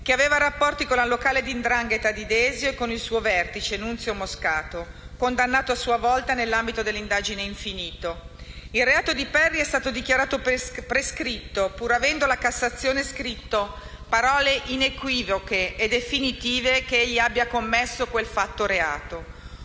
che aveva rapporti con la locale di 'ndrangheta di Desio e con il suo vertice, Annunziato Moscato, condannato a sua volta nell'ambito dell'indagine denominata Infinito. Il reato di Perri è stato dichiarato prescritto, pur avendo la Cassazione scritto parole inequivoche e definitive che egli abbia commesso quel fatto-reato.